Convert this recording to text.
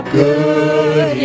good